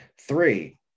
Three